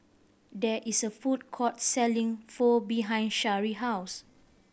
there is a food court selling Pho behind Shari house